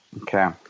Okay